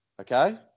okay